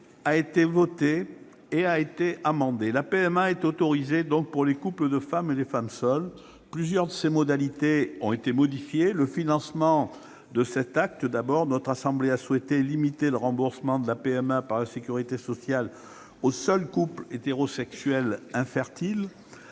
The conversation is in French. a été voté et a été aussi amendé. La PMA est donc autorisée pour les couples de femmes et les femmes seules. Plusieurs de ses modalités ont été modifiées. Le financement de cet acte, d'abord : notre assemblée a souhaité limiter le remboursement de la PMA par la sécurité sociale aux seuls couples hétérosexuels infertiles.